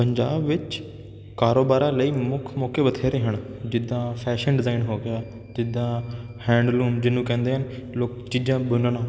ਪੰਜਾਬ ਵਿੱਚ ਕਾਰੋਬਾਰਾਂ ਲਈ ਮੁੱਖ ਮੌਕੇ ਬਥੇਰੇ ਹਨ ਜਿੱਦਾਂ ਫੈਸ਼ਨ ਡਿਜ਼ਾਇਨ ਹੋ ਗਿਆ ਜਿੱਦਾਂ ਹੈਂਡਲੂਮ ਜਿਹਨੂੰ ਕਹਿੰਦੇ ਹਨ ਲੋਕ ਚੀਜ਼ਾਂ ਬੁਣਨ